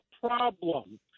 problem